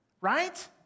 Right